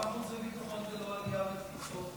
למה חוץ וביטחון ולא עלייה ותפוצות?